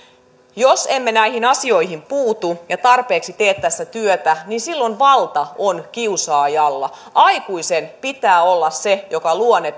jos emme näihin asioihin puutu ja tarpeeksi tee tässä työtä niin silloin valta on kiusaajalla aikuisen pitää olla se joka luo ne